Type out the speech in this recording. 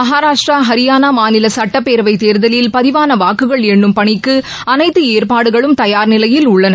மகாராஷ்டிரா ஹரியானா மாநில சட்டப்பேரவை தேர்தலில் பதிவான வாக்குகள் எண்ணும் பணிக்கு அனைத்து ஏற்பாடுகளும் தயார் நிலையில் உள்ளன